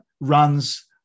runs